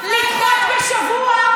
חבל שאפרת לא בשנ"ץ,